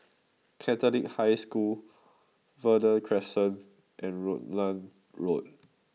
Catholic High School Verde Crescent and Rutland Road